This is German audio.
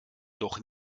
doch